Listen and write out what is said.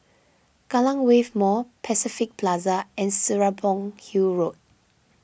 Kallang Wave Mall Pacific Plaza and Serapong Hill Road